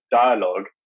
dialogue